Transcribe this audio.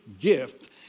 gift